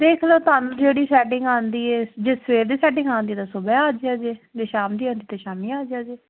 ਦੇਖ ਲਓ ਤੁਹਾਨੂੰ ਜਿਹੜੀ ਸੈਟਿੰਗ ਆਉਂਦੀ ਹੈ ਜੇ ਸਵੇਰ ਦੀ ਸੈਟਿੰਗ ਆਉਂਦੀ ਹੈ ਸੁਬਹਾ ਆ ਜਿਓ ਜੇ ਜੇ ਸ਼ਾਮ ਦੀ ਆਉਂਦੀ ਹੈ ਤਾਂ ਸ਼ਾਮੀ ਆ ਜਿਓ ਜੇ